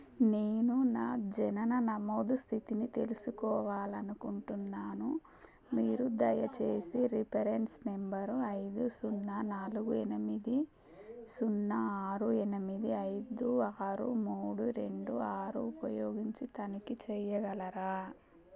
నేను నా జనన నమోదు స్థితిని తెలుసుకోవాలనుకుంటున్నాను మీరు దయచేసి రిఫరెన్స్ నంబరు ఐదు సున్నా నాలుగు ఎనిమిది సున్నా ఆరు ఎనిమిది ఐదు ఆరు మూడు రెండు ఆరు ఉపయోగించి తనిఖీ చెయ్యగలరా